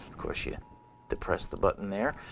course, you depress the button there.